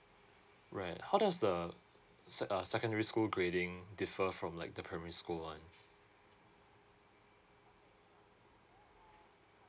right how does the se~ uh secondary school grading differ from like the primary school one